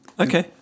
Okay